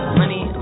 money